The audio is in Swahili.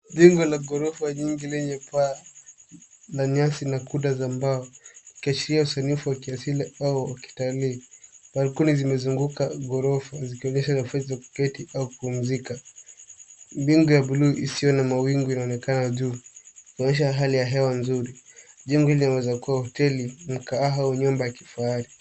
Jengo la ghorofa nyingi lenye paa la nyasi na kuta za mbao ikiashiria usanifu wa kiasili au wa kitalii. Balkoni zimezunguka ghorofa zikionyesha nafasi ya kuketi au kupumzika. Bingu ya buluu isiyo na mawingu inaonekana juu ikionyesha hali ya hewa nzuri. Jengo laweza kuwa hoteli, mkahawa au nyumba ya kifahari.